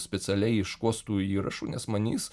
specialiai ieškos tų įrašų nes manys